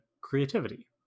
creativity